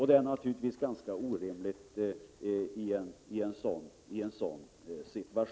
Det är naturligtvis orimligt.